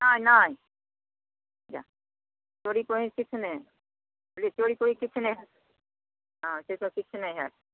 नहि नहि चोरी तोरी किछु नहि कहली चोरी तोरी किछु नहि होएत से सब किछु नहि होएत